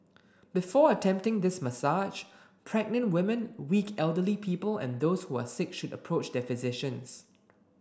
before attempting this massage pregnant women weak elderly people and those who are sick should approach their physicians